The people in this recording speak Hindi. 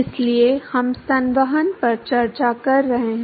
इसलिए हम संवहन पर चर्चा कर रहे हैं